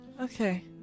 Okay